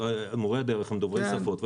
שמורי הדרך הם דוברי שפות.